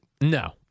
no